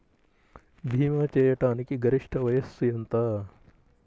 భీమా చేయాటానికి గరిష్ట వయస్సు ఎంత?